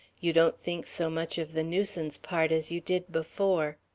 you don't think so much of the nuisance part as you did before.